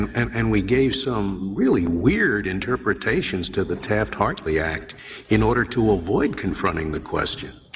and and we gave some really weird interpretations to the taft-hartley act in order to avoid confronting the question.